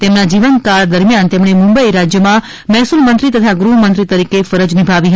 તેમના જીવનકાળ દરમિયાન તેમણે મુંબઇ રાજ્યમાં મહેસૂલ મંત્રી તથા ગૃહમંત્રી તરીકે ફરજ નિભાવી હતી